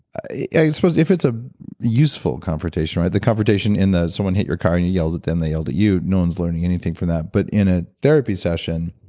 suppose if it's a useful confrontation, right? the confrontation in that someone hit your car and you yelled at them, they yelled at you, no one's learning anything for that. but in a therapy session,